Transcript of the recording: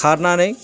खारनानै